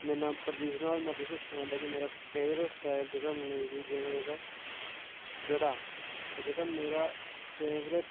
मेरा नां परदेस राज में तुसें ई सनां मेरा फेवरेट स्टाईल जेह्ड़ा म्यूजिक दा केह्ड़ा ते जेह्का मेरा फेवरेट